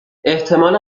احتمال